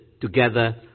together